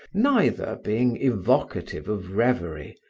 neither being evocative of revery,